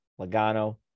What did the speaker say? Logano